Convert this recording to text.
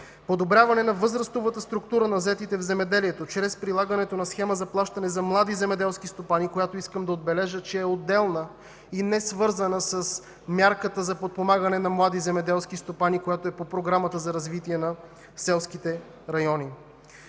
Подобряване на възрастовата структура на заетите в земеделието чрез прилагането на Схема за плащане за млади земеделски стопани, която, искам да отбележа, е отделна и несвързана с Мярката за подпомагане на млади земеделски стопани, която е по Програмата за развитие на селските райони.